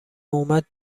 اومد